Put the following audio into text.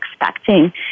expecting